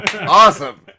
Awesome